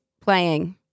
playing